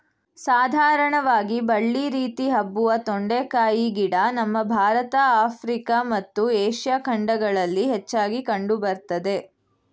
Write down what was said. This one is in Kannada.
ಸಾಧಾರಣವಾಗಿ ಬಳ್ಳಿ ರೀತಿ ಹಬ್ಬುವ ತೊಂಡೆಕಾಯಿ ಗಿಡ ನಮ್ಮ ಭಾರತ ಆಫ್ರಿಕಾ ಮತ್ತು ಏಷ್ಯಾ ಖಂಡಗಳಲ್ಲಿ ಹೆಚ್ಚಾಗಿ ಕಂಡು ಬರ್ತದೆ